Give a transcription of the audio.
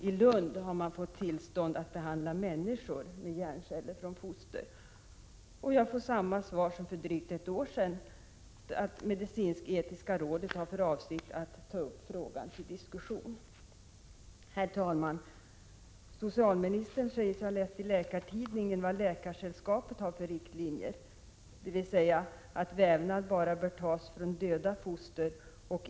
I Lund har man fått tillstånd att behandla människor med hjärnceller från foster. Jag får samma svar nu som för ett år sedan, att medicinsk-etiska rådet har för avsikt att ta upp frågan till diskussion. Herr talman! Socialministern säger sig ha läst i Läkartidningen vad Läkaresällskapet har för riktlinjer, dvs. att vävnad bör få tas bara från döda foster.